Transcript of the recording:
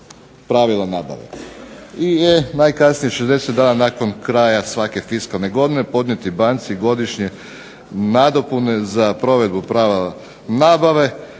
pravila nabave. I E. najkasnije 60 dana nakon kraja svake fiskalne godine podnijeti banci godišnje nadopune za provedbu prava nabave.